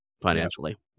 Financially